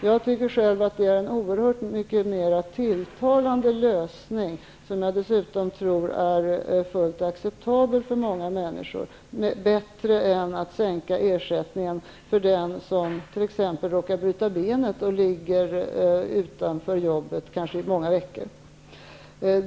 Jag tycker själv att det är en oerhört mycket mera tilltalande lösning, som jag dessutom tror är fullt acceptabel för många människor, än att sänka ersättningen för den som t.ex. råkar bryta benet och måste vara borta från jobbet kanske i många veckor.